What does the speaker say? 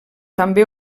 també